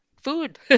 food